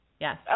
yes